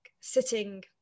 sitting